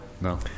No